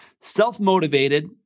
self-motivated